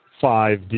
five